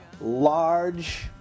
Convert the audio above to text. large